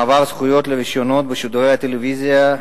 (מעבר מזיכיונות לרשיונות בשידורי טלוויזיה),